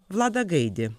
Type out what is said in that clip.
vladą gaidį